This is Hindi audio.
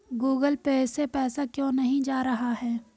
गूगल पे से पैसा क्यों नहीं जा रहा है?